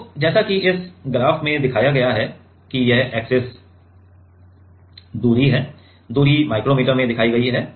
तो जैसा कि इस ग्राफ में दिखाया गया है कि यह एक्सिस दूरी है दूरी माइक्रोमीटर में दिखाई गई है